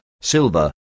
silver